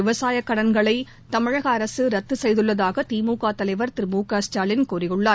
விவசாய கடன்களை தமிழக அரசு ரத்து செய்துள்ளளதாக தி மு க தலைவர் திரு மு க ஸ்டாலின் கூறியுள்ளார்